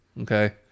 Okay